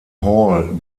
hall